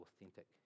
authentic